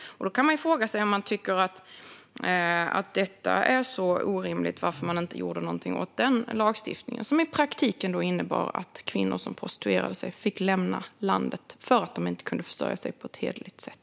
Om man nu tycker att det är så orimligt kan man ju fråga sig varför man inte gjorde någonting åt den lagstiftningen, som i praktiken då innebar att kvinnor som prostituerade sig fick lämna landet för att de inte kunde försörja sig på ett hederligt sätt.